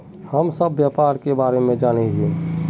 हम सब व्यापार के बारे जाने हिये?